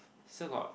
so got